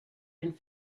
and